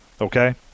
okay